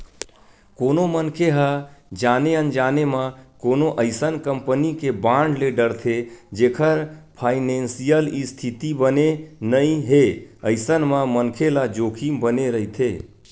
कोनो मनखे ह जाने अनजाने म कोनो अइसन कंपनी के बांड ले डरथे जेखर फानेसियल इस्थिति बने नइ हे अइसन म मनखे ल जोखिम बने रहिथे